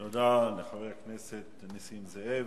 תודה לחבר הכנסת נסים זאב.